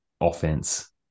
offense